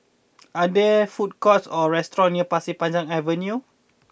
are there food courts or restaurants near Pasir Panjang Avenue